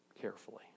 carefully